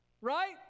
Right